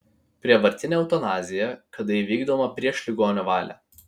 prievartinė eutanazija kada įvykdoma prieš ligonio valią